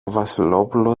βασιλόπουλο